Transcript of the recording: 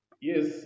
yes